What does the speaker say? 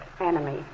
enemy